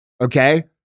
okay